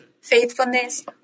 Faithfulness